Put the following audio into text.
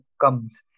comes